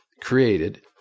created